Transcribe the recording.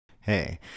Hey